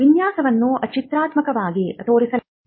ವಿನ್ಯಾಸವನ್ನು ಚಿತ್ರಾತ್ಮಕವಾಗಿ ತೋರಿಸಲಾಗಿದೆ